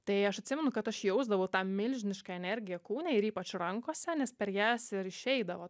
tai aš atsimenu kad aš jausdavau tą milžinišką energiją kūne ir ypač rankose nes per jas ir išeidavo